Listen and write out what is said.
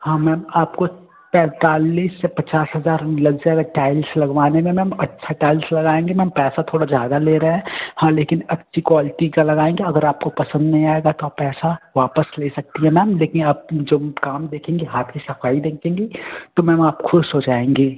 हाँ मैम आपको पैंतालीस से पचास हज़ार लग जाएगा टाइल्स लगवाने में मैम अच्छा टाइल्स लगाएंगे मैम पैसा थोड़ा जादा ले रए हैं हाँ लेकिन अच्छी क्वालटी का लगाएंगे अगर आपको पसंद नहीं आएगा तो आप पैसा वापस ले सकती हैं मैम लेकिन आप जब काम देखेंगी हाथ की सफाई देखेंगी तो मैम आप खुश हो जाएंगी